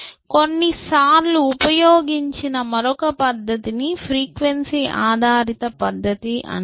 కొన్నిసార్లు ఉపయోగించిన మరొక పద్దతిని ఫ్రీక్వెన్సీ ఆధారిత పద్ధతి అంటారు